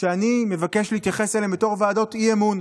שאני מבקש להתייחס אליהן בתור ועדות אי-אמון.